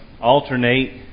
alternate